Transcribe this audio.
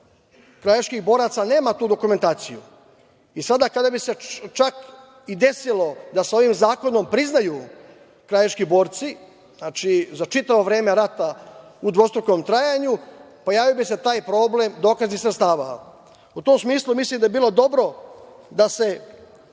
krajiških boraca nema tu dokumentaciju. Sada kada bi se čak i desilo da se ovim zakonom priznaju krajiški borci, za čitavo vreme rata u dvostrukom trajanju, pojavio bi se taj problem dokaznih sredstava.U tom smislu mislim da bi bilo dobro da se